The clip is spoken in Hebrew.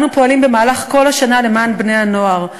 אנו פועלים במהלך כל השנה למען בני-הנוער.